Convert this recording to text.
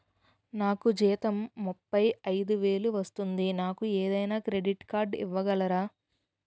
నాకు జీతం ముప్పై ఐదు వేలు వస్తుంది నాకు ఏదైనా క్రెడిట్ కార్డ్ ఇవ్వగలరా?